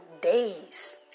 days